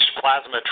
plasma